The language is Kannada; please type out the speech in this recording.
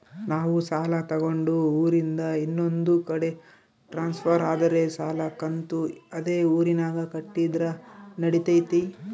ನಾವು ಸಾಲ ತಗೊಂಡು ಊರಿಂದ ಇನ್ನೊಂದು ಕಡೆ ಟ್ರಾನ್ಸ್ಫರ್ ಆದರೆ ಸಾಲ ಕಂತು ಅದೇ ಊರಿನಾಗ ಕಟ್ಟಿದ್ರ ನಡಿತೈತಿ?